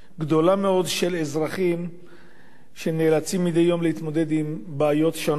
גדול מאוד של אזרחים שנאלצים מדי יום להתמודד עם בעיות שונות.